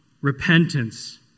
repentance